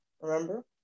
Remember